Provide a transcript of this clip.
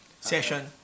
session